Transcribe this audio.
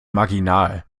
marginal